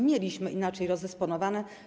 Mieliśmy inaczej to rozdysponowane.